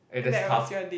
it just tough